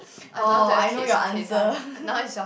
oh I know your answer